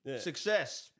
Success